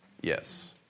yes